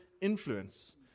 influence